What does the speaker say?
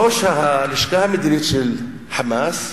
ראש הלשכה המדינית של "חמאס"